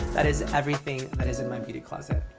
that is everything that is in my beauty closet.